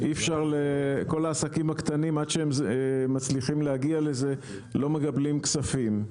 עד שהעסקים הקטנים מצליחים להגיע לזה הם לא מקבלים כספים.